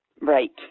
Right